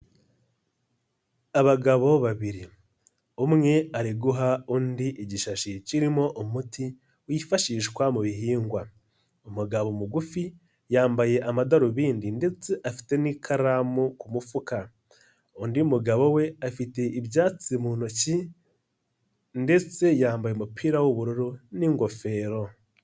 Abagabo babiri umwe ari guha undi igishashi kirimo umuti wifashishwa mu bihingwa. Umugabo mugufi yambaye amadarubindi ndetse afite n'ikaramu ku mufuka. Undi mugabo we afite ibyatsi mu ntoki, ndetse yambaye umupira w'ubururu n'ingofero.